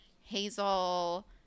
Hazel